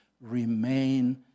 remain